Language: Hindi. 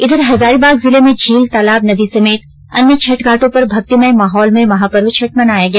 उधर हजारीबाग जिले में झील तालाब नदी समेत अन्य छठ घाटों पर भंक्तिमय माहौल में महापर्व छठ मनाया गया